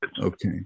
Okay